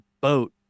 boat